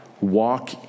walk